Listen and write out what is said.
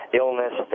illness